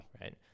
right